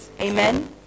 Amen